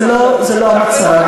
זה לא המצב.